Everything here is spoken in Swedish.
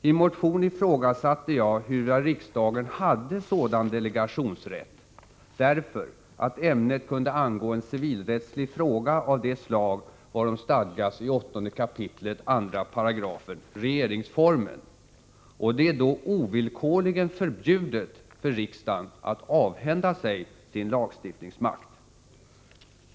I motionen ifrågasatte jag huruvida riksdagen hade sådan delegationsrätt, därför att ämnet kunde angå en civilrättslig fråga av det slag varom stadgas i8 kap 2 § regeringsformen. Och det är då ovillkorligen förbjudet för riksdagen att avhända sig sin lagstiftningsmakt.